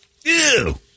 Ew